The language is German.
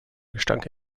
gestank